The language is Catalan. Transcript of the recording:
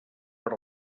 per